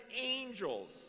angels